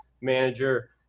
manager